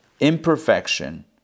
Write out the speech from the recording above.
imperfection